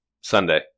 Sunday